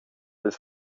ils